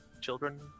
Children